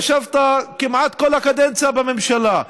ישבת כמעט כל הקדנציה בממשלה,